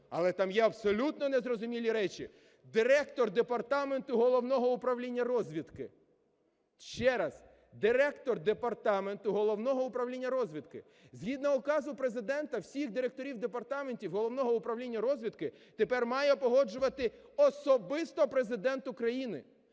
але там є абсолютно незрозумілі речі. Директор департаменту Головного управління розвідки, ще раз, директор департаменту Головного управління розвідки, згідно указу Президента, всіх директорів департаментів Головного управління розвідки тепер має погоджувати особисто Президент України.